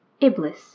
Iblis